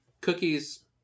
cookies